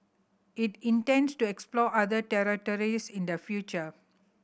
it intends to explore other territories in the future